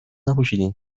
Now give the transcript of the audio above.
نپوشیدین